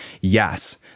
yes